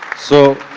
so,